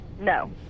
No